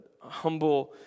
humble